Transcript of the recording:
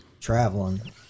traveling